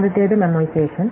ആദ്യത്തേത് മേമോയിസേഷൻ